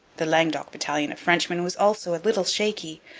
the languedoc battalion of frenchmen was also a little shaky,